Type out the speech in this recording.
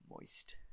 Moist